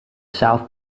south